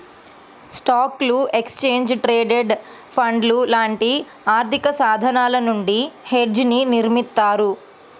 స్టాక్లు, exchange traded ఫండ్లు లాంటి ఆర్థికసాధనాల నుండి హెడ్జ్ని నిర్మిత్తారు